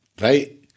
Right